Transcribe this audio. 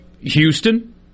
Houston